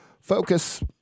focus